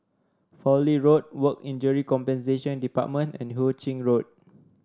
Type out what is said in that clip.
Fowlie Road Work Injury Compensation Department and Hu Ching Road